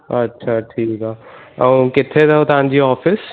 अछा ठीकु आहे ऐं किथे अथव तव्हां जी ऑफ़िस